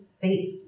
faith